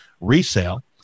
resale